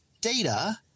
data